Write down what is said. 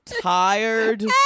tired